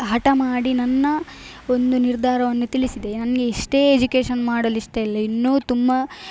ಹಠ ಮಾಡಿ ನನ್ನ ಒಂದು ನಿರ್ಧಾರವನ್ನು ತಿಳಿಸಿದೆ ನನಗೆ ಇಷ್ಟೇ ಎಜುಕೇಶನ್ ಮಾಡಲಿಷ್ಟಯಿಲ್ಲ ಇನ್ನೂ ತುಂಬ